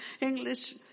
English